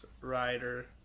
Rider